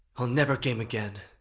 i'll never game again.